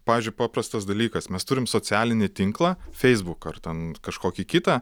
pavyzdžiui paprastas dalykas mes turim socialinį tinklą feisbuką ar ten kažkokį kitą